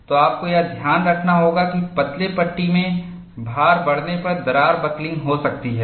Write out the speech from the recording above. तो आपको यह ध्यान रखना होगा कि पतले पट्टी में भार बढ़ने पर दरार बकलिंग हो सकती है